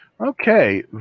Okay